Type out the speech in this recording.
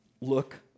Look